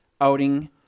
outing